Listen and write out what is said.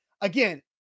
again